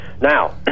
Now